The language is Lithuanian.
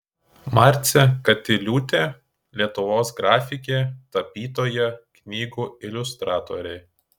marcė katiliūtė lietuvos grafikė tapytoja knygų iliustratorė